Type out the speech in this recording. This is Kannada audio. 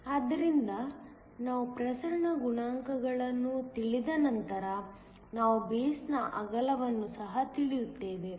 ಆದ್ದರಿಂದ ನಾವು ಪ್ರಸರಣ ಗುಣಾಂಕವನ್ನು ತಿಳಿದ ನಂತರ ನಾವು ಬೇಸ್ನ ಅಗಲವನ್ನು ಸಹ ತಿಳಿಯುತ್ತೇವೆ